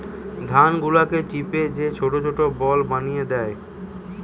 ধান গুলাকে চিপে যে ছোট ছোট বল বানি দ্যায়